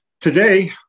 Today